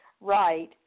right